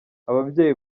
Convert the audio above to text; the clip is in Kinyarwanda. ababyeyi